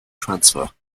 transfer